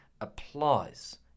applies